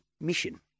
mission